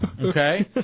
Okay